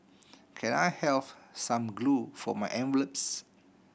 can I have some glue for my envelopes